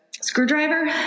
screwdriver